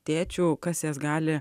tėčių kas jas gali